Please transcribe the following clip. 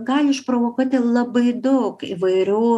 gali išprovokuoti labai daug įvairių